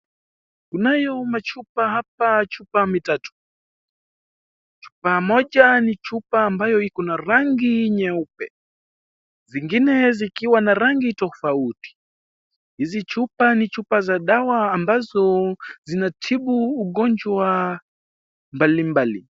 Kunayo chupa hapa, chupa mitatu. Chupa moja ni chupa ambayo iko na rangi nyeupe, zingine zikiwa na rangi tofauti. Hizi chupa ni chupa za dawa ambazo zinatibu ugonjwa mbalimbali.